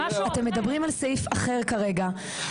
אתם מדברים על סעיף אחר כרגע,